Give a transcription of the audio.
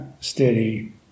steady